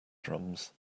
drums